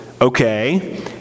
Okay